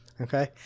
Okay